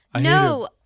no